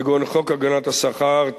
כגון חוק הגנת השכר,